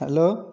hello